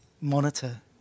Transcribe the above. monitor